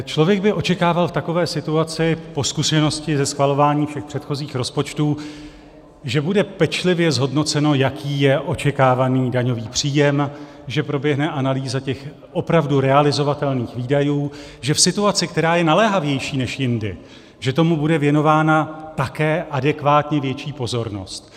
Člověk by očekával v takové situaci po zkušenosti se schvalováním všech předchozích rozpočtů, že bude pečlivě zhodnoceno, jaký je očekávaný daňový příjem, že proběhne analýza těch opravdu realizovatelných výdajů, že v situaci, která je naléhavější než jindy, tomu bude věnována také adekvátně větší pozornost.